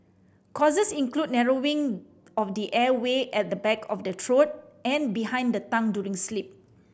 causes include narrowing of the airway at the back of the throat and behind the tongue during sleep